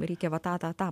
reikia va tą tą tą